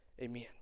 Amen